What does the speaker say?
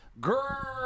Girl